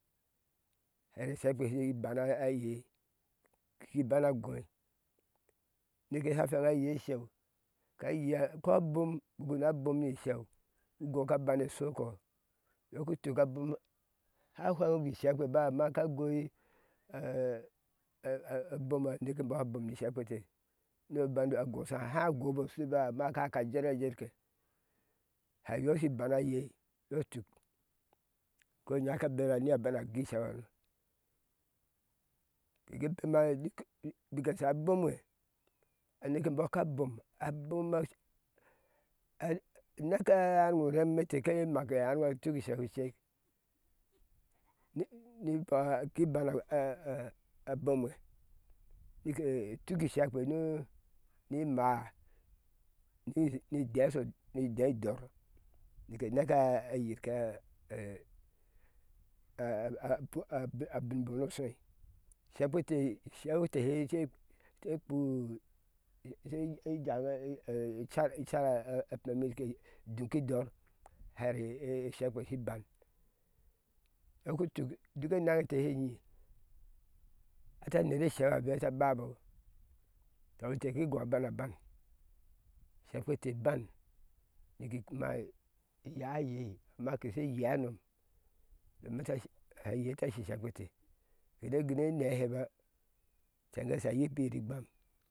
Hɛɛ ishekpe shi bana yei ki bana gɔɔi neke sha fweŋ a yee sheu ka yea ko a bom buku na bemi isheu gɔ ka ban eshokɔ yɔ kituk abom haá fweŋbi ishekpeba amma ka goi a bom aneke bɔ sha bom ni shekpete na bana gɔsha há gobo shui amma ka aka jerajerke héyɔ shi bana yei yoi tuk ko inya ka bera na bana gui shen ano tekebema biki biki ashe abo mwe aneke bɔ a boma a bom neke a arŋo rɛm mete ke make arŋa tuk isheu shi ccek nii nibɔ aguiiban a a bmwe nike tuki shekpe aguiiban a a bomwe nike tuki she kpe ni nibɔ a gui bana a a bomwe nike tuki shekpe nu ni máá ni ni dɛɛ sho ni dɛɛ idɔr nike nika a yirkaa ce a a bin a bin bom no shoi shekpete sheu ee she kpu urti ejaŋ ɛ i cer icera a pemi ke duŋki dɔr hɛre e shekpe shi ban yɔki tuk duk enaŋe ente she nyi ɛte anere sheu hɛbe ta babɔ tɔ inte ke gɔa a bana ban ishekpete iban niki kuma iy̱əa ayei amma keshe yea inom domi tashi hɛ yee tashi ishekpete shine gune nɛheba zlenga she a yipiyir igbam